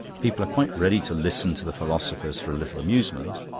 people are quite ready to listen to the philosophers for a little amusement,